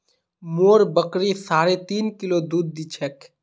मोर बकरी साढ़े तीन किलो दूध दी छेक